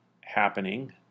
happening